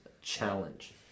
challenge